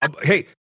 Hey